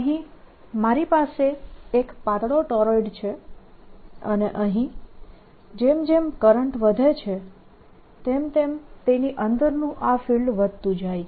અહીં મારી પાસે એક પાતળો ટોરોઇડ છે અને અહીં જેમ જેમ કરંટ વધે છે તેમ તેમ તેની અંદરનું આ ફિલ્ડ વધતું જાય છે